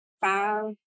five